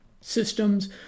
systems